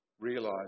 realise